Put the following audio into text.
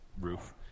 roof